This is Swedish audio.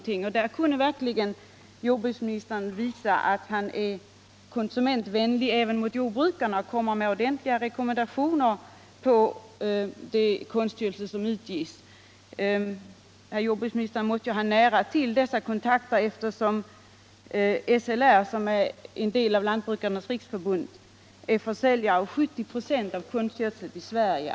Jordbruksministern kunde visa att nedläggning av mindre butiker han är konsumentvänlig även mot jordbrukarna och utfärda ordentliga rekommendationer i fråga om den konstgödsel som saluförs. Herr jordbruksministern måste ju ha nära till sådana kontakter eftersom SLR, som är en del av Lantbrukarnas riksförbund, säljer 70 96 av all konstgödsel i Sverige.